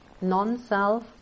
non-self